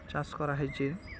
ଚାଷ୍ କରାହେଇଛେ